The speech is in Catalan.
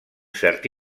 cert